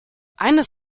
eines